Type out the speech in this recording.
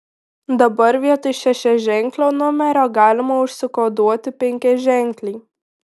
dabar vietoj šešiaženklio numerio galima užsikoduoti penkiaženklį